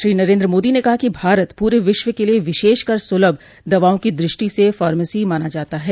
श्री नरेन्द्र मोदी ने कहा कि भारत पूरे विश्व के लिए विशेषकर सुलभ दवाओं की दृष्टि से फार्मेसी माना जाता है